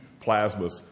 plasmas